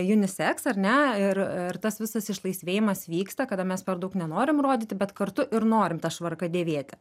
unisex ar ne ir ir tas visas išlaisvėjimas vyksta kada mes per daug nenorim rodyti bet kartu ir norim tą švarką dėvėti